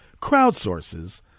crowdsources